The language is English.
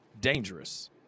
dangerous